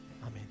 amen